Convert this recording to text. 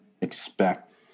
expect